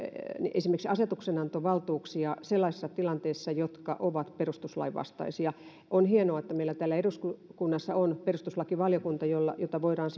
esimerkiksi asetuksenantovaltuuksia sellaisissa tilanteissa jotka ovat perustuslain vastaisia on hienoa että meillä täällä eduskunnassa on perustuslakivaliokunta jota voidaan